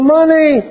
money